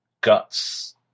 guts